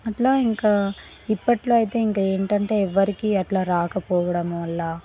అట్లా ఇంకా ఇప్పట్లో అయితే ఇంకా ఏంటంటే ఎవ్వరికీ అట్లా రాకపోవడం వల్ల